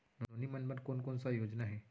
नोनी मन बर कोन कोन स योजना हे?